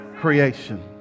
creation